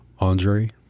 Andre